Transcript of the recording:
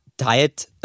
diet